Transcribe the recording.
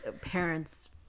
parents